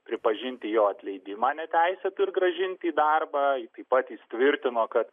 pripažinti jo atleidimą neteisėtu ir grąžinti į darbą taip pat jis tvirtino kad